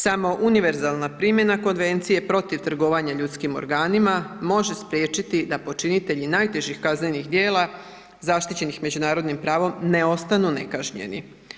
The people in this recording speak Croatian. Samo univerzalna primjena konvencije protiv trgovanja ljudskim organima može spriječiti da počinitelji najtežih kaznenih djela zaštićenih međunarodnim pravom ne ostanu nekažnjeni.